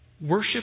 worship